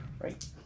Right